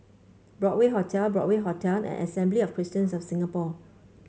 Broadway Hotel Broadway Hotel and Assembly of Christians of Singapore